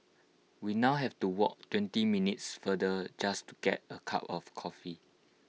we now have to walk twenty minutes farther just to get A cup of coffee